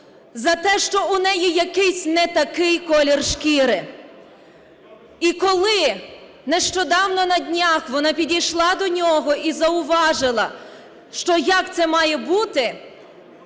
за те, що у неї якийсь не такий колір шкіри. І коли нещодавно на днях вона підійшла до нього і зауважила, що як це має бути,